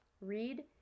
read